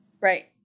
Right